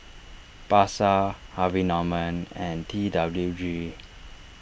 Pasar Harvey Norman and T W G